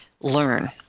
learn